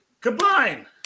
Combine